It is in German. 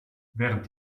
während